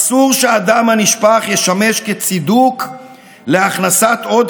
אסור שהדם הנשפך ישמש כצידוק להכנסת עוד